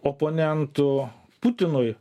oponentu putinui